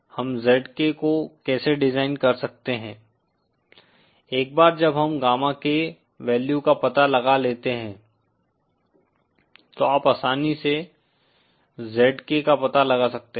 हम ZK को कैसे डिज़ाइन कर सकते हैं एक बार जब हम गामा K वैल्यू का पता लगा लेते हैं तो आप आसानी से ZK का पता लगा सकते हैं